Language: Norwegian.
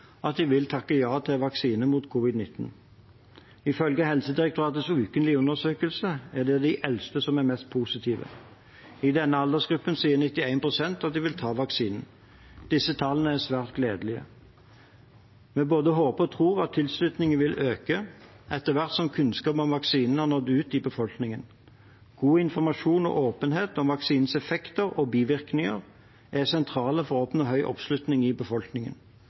at de vil takke ja til vaksine mot covid-19. Ifølge Helsedirektoratets ukentlige undersøkelser er det de eldste som er mest positive. I denne aldersgruppen sier 91 pst. at de vil ta vaksinen. Disse tallene er svært gledelige. Vi både håper og tror at tilslutningen vil øke etter hvert som kunnskap om vaksinene har nådd ut i befolkningen. God informasjon og åpenhet om vaksinenes effekt og bivirkninger er sentralt for å oppnå høy oppslutning i befolkningen.